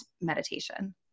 meditation